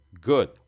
Good